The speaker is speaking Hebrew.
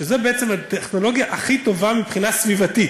שזו הטכנולוגיה הכי טובה מבחינה סביבתית,